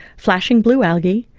flashing blue algae,